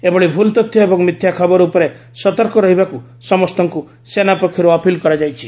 ଏଭଳି ଭୁଲ ତଥ୍ୟ ଏବଂ ମିଥ୍ୟା ଖବର ଉପରେ ସତର୍କ ରହିବାକୁ ସମସ୍ତଙ୍କୁ ସେନା ପକ୍ଷରୁ ଅପିଲ କରାଯାଇଛି